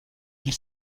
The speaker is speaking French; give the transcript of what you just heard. ils